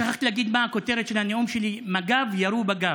אני שכחתי להגיד מה הכותרת של הנאום שלי: מג"ב ירו בגב.